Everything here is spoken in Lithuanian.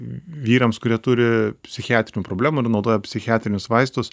vyrams kurie turi psichiatrinių problemų ir naudoja psichiatrinius vaistus